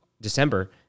December